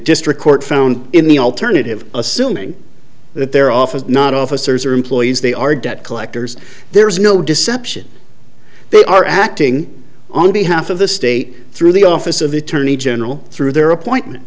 district court found in the alternative assuming that their office is not officers or employees they are debt collectors there is no deception they are acting on behalf of the state through the office of attorney general through their appointment